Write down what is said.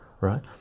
right